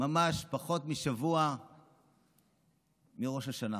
ממש פחות משבוע מראש השנה.